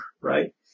right